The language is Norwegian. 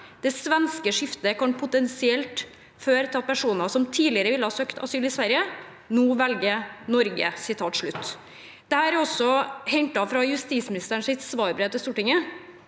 Det svenske skiftet kan potensielt føre til at personer som tidligere ville søkt asyl i Sverige, nå velger Norge.» Dette er hentet fra justisministerens svarbrev til Stortinget